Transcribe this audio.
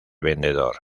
vendedor